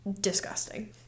disgusting